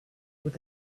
with